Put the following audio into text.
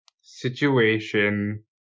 situation